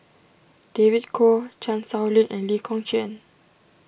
David Kwo Chan Sow Lin and Lee Kong Chian